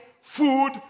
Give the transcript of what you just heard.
food